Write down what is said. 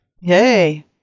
Yay